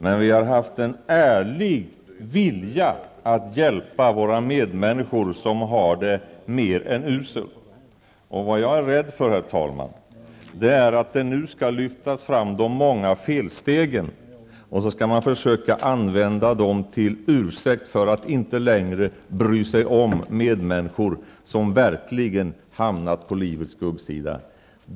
Men vi har haft en ärlig vilja att hjälpa våra medmänniskor som har det mer än uselt. Vad jag är rädd för, herr talman, är att de många felstegen skall lyftas fram och sedan användas som ursäkt för att man inte längre skall bry sig om medmänniskor som verkligen hamnat på livets skuggsida.